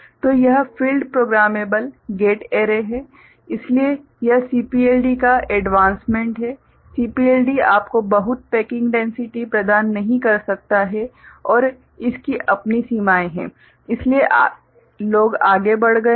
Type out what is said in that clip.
तो यह field programmable gate array है इसलिए यह CPLD का एडवांसमेंट हैं CPLD आपको बहुत पैकिंग डैन्सिटि प्रदान नहीं कर सकता है और इसकी अपनी सीमाएं हैं इसलिए लोग आगे बढ़ गए हैं